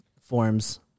forms